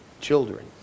children